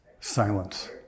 Silence